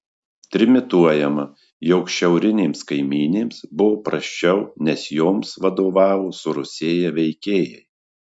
trimituojama jog šiaurinėms kaimynėms buvo prasčiau nes joms vadovavo surusėję veikėjai